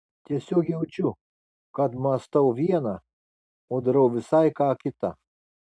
tiesiog jaučiu kad mąstau viena o darau visai ką kita